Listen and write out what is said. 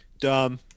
Dumb